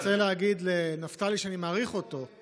אני רוצה להגיד לנפתלי, שאני מעריך אותו,